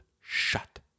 shut